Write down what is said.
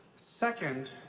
second,